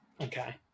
Okay